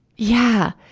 yeah!